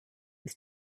with